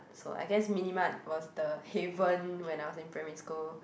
so I guess mini mart was the haven when I was in primary school